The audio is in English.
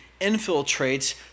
infiltrates